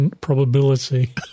probability